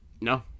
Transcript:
no